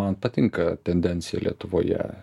man patinka tendencijalietuvoje